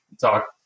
talk